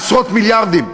עשרות מיליארדים.